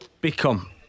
Become